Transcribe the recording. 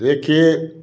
देखिए